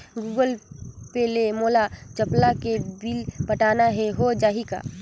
Google Pay ले मोल चपला के बिल पटाना हे, हो जाही का?